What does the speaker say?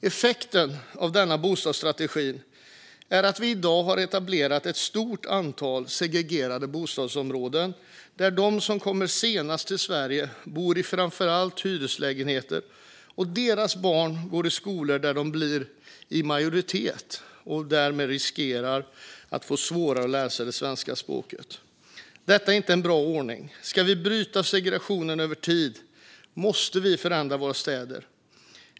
Effekten av denna bostadsstrategi är att vi i dag har etablerat ett stort antal segregerade bostadsområden där de som kommit senast till Sverige bor i framför allt hyreslägenheter och deras barn går i skolor där de blir i majoritet och därmed riskerar att få svårare att lära sig det svenska språket. Detta är inte en bra ordning. Ska vi bryta segregationen över tid måste vi förändra våra städer.